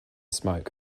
smoke